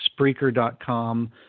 Spreaker.com